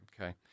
Okay